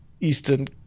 eastern